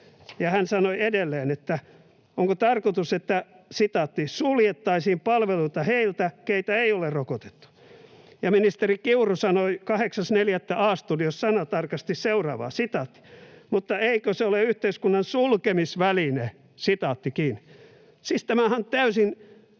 hän sanoi edelleen: ”Onko tarkoitus, että suljettaisiin palveluita heiltä, keitä ei ole rokotettu?”. Ja ministeri Kiuru sanoi 8.4. A-studiossa sanatarkasti seuraavaa: ”Mutta eikö se ole yhteiskunnan sulkemisväline?” Siis tämä ministerien Marin